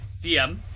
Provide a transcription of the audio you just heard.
dm